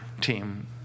Team